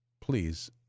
please